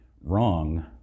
wrong